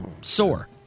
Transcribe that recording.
sore